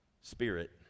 Spirit